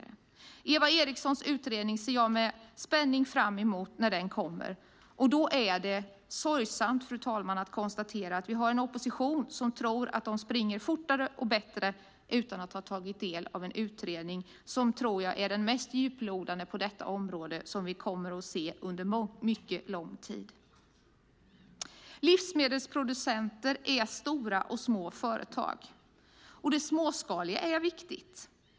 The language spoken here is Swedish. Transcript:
Ewa Erikssons utredning ser jag med spänning fram emot när den kommer. Därför är det sorgligt att behöva konstatera att vi har en opposition som tror att de springer fortare och bättre utan att ha tagit del av en utredning som jag tror är den mest djuplodande vi kommer att se på detta område under mycket lång tid. Livsmedelsproducenter är såväl stora som små företag, och det småskaliga är viktigt.